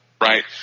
right